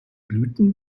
blüten